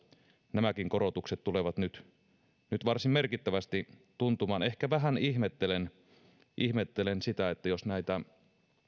nämäkin korotukset tulevat nyt nyt varsin merkittävästi tuntumaan ehkä vähän ihmettelen ihmettelen sitä jos näitä